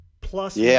plus